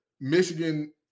Michigan